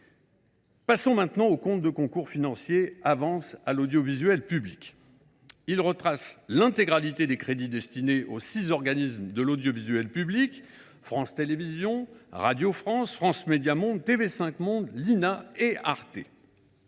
Passons maintenant au compte de concours financiers « Avances à l’audiovisuel public ». Celui ci retrace l’intégralité des crédits destinés aux six organismes de l’audiovisuel public : France Télévisions, Radio France, France Médias Monde, TV5 Monde, l’Institut